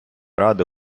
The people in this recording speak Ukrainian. ради